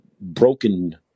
broken